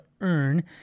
earn